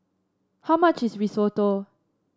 how much is Risotto